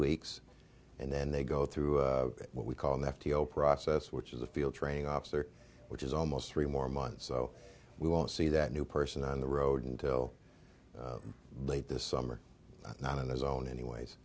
weeks and then they go through what we call the process which is a field training officer which is almost three more months so we won't see that new person on the road until late this summer not on his own anyways